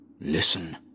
Listen